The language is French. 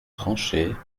tranchées